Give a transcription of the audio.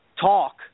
talk